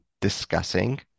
discussing